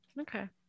okay